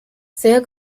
sehr